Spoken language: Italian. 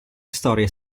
storie